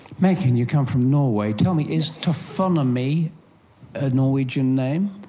maiken, you come from norway. tell me, is taphonomy a norwegian name?